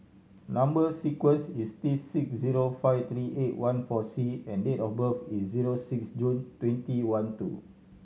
number sequence is T six zero five three eight one four C and date of birth is zero six June twenty one two